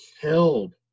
killed